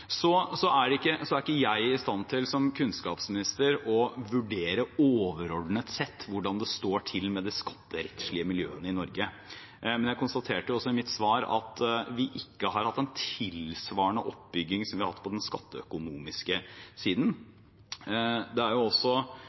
Så er ikke jeg som kunnskapsminister i stand til å vurdere overordnet sett hvordan det står til med de skatterettslige miljøene i Norge, men jeg konstaterte jo i mitt svar at vi ikke har hatt en tilsvarende oppbygging som vi har hatt på den skatteøkonomiske siden. Det er også,